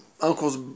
uncle's